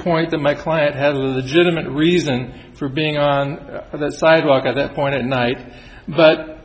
point that my client had a legitimate reason for being on the sidewalk at that point tonight but